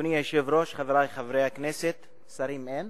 אדוני היושב-ראש, חברי חברי הכנסת, שרים אין.